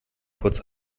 kurz